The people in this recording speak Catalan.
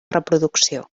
reproducció